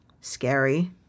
scary